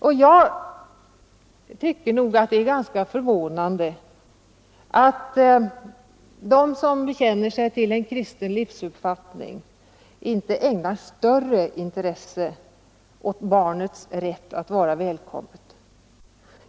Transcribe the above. Därför tycker jag att det är ganska förvånande att de som bekänner sig till en kristen livsuppfattning inte ägnat större intresse åt barnets rätt att vara välkommet.